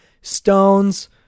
stones